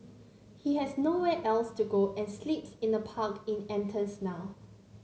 he has nowhere else to go and sleeps in a park in Athens now